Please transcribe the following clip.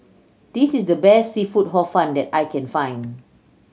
this is the best seafood Hor Fun that I can find